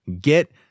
Get